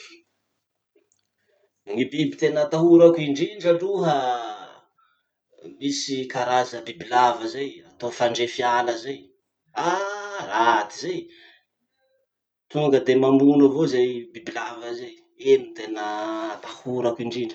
Gny biby tena atahorako indrindra aloha, misy karaza bibilava zay, atao fandrefy ala zay. Ah! raty zay, tonga de mamono avao zay bibilava zay. Iny ny tena atahorako indrindra.